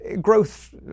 growth